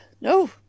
No